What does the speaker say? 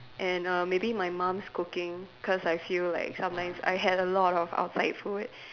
and err maybe my mum's cooking cause I feel like sometimes I had a lot of outside food